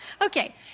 Okay